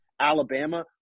Alabama